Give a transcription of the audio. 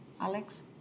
Alex